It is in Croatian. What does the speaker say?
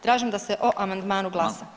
Tražim da se o amandmanu glasa.